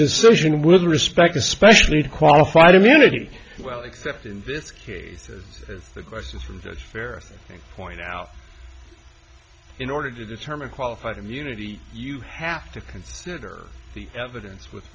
decision with respect a specially qualified immunity well except in this case as as the questions from judge fair point out in order to determine qualified immunity you have to consider the evidence with